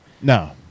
No